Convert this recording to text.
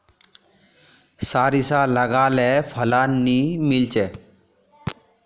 सारिसा लगाले फलान नि मीलचे?